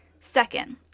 Second